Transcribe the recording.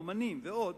אמנים ועוד,